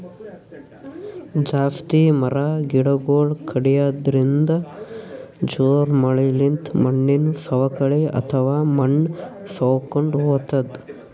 ಜಾಸ್ತಿ ಮರ ಗಿಡಗೊಳ್ ಕಡ್ಯದ್ರಿನ್ದ, ಜೋರ್ ಮಳಿಲಿಂತ್ ಮಣ್ಣಿನ್ ಸವಕಳಿ ಅಥವಾ ಮಣ್ಣ್ ಸವಕೊಂಡ್ ಹೊತದ್